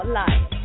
life